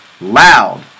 loud